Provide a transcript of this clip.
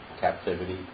captivity